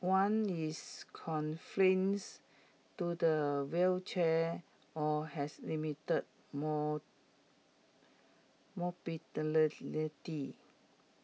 one is to the wheelchair or has limited mall